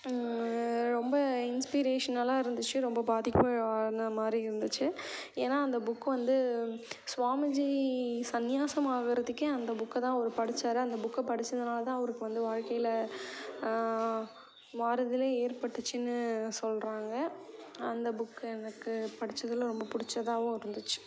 ரொம்ப இன்ஸ்பிரேஷனலாக இருந்துச்சு ரொம்ப பாதிப்பு மாதிரி இருந்துச்சு ஏன்னால் அந்த புக் வந்து சுவாமிஜி சன்னியாசமாகுறதுக்கே அந்த புக்கைதான் அவர் படித்தாரு அந்த புக்கை படித்ததானாலதான் அவருக்கு வாழ்க்கையில் மாறுதலே ஏற்பட்டுச்சுன்னு சொல்கிறாங்க அந்த புக் எனக்கு படித்ததில் ரொம்ப பிடித்ததாவும் இருந்துச்சு